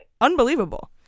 unbelievable